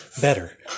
better